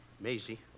Maisie